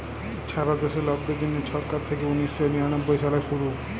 ছারা দ্যাশে লকদের জ্যনহে ছরকার থ্যাইকে উনিশ শ নিরানব্বই সালে শুরু